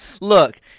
look